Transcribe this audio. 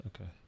Okay